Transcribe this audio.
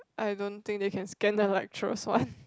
I don't think they can scan the lecturers one